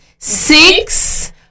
Six